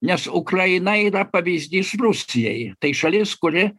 nes ukraina yra pavyzdys rusijai tai šalis kuri